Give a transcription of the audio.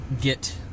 get